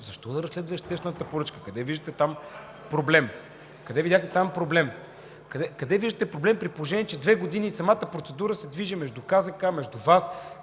Защо да разследва обществената поръчка? Къде виждате там проблем? Къде видяхте там проблем? Къде виждате проблем, при положение че две години самата процедура се движи между КЗК, между ВАС…